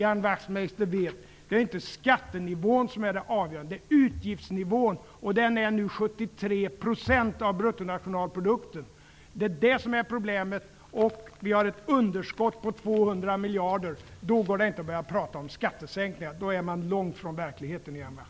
Det är inte skattenivån, Ian Wachtmeister, som är avgörande, utan det är utgiftsnivån. Utgiftsnivån är nu 73 % av bruttonationalprodukten. Det är problemet. Sverige har ett underskott på ca 200 miljarder kronor. Då går det inte att börja tala om skattesänkningar. Då befinner man sig långt från verkligheten, Ian Wachtmeister.